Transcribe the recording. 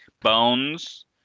bones